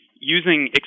using